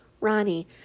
Ronnie